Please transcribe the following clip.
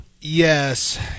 Yes